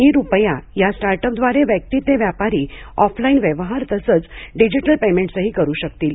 E रुपया या start up द्वारे व्यक्ती ते व्यापारी ऑफलाइन व्यवहार तसंच डिजिटल पेमेंट्सही करू शकतील